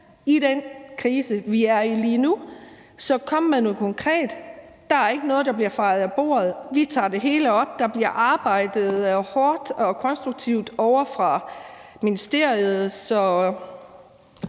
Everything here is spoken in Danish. i den krise, vi er i lige nu. Så kom med noget konkret. Der er ikke noget, der bliver fejet af bordet. Vi tager det hele op, og der bliver arbejdet hårdt og konstruktivt ovre i ministeriet.